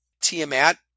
Tiamat